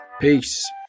peace